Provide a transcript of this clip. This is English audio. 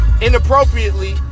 inappropriately